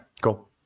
cool